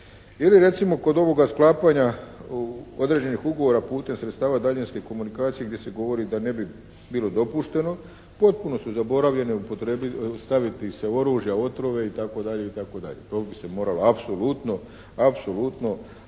Ili recimo kod ovoga sklapanja određenih ugovora putem sredstava … /Govornik se ne razumije./ komunikacije gdje se govori da ne bi bilo dopušteno potpuno su zaboravljene upotrijebiti, staviti se oružja, otrove, itd., itd. To bi se moralo apsolutno ugraditi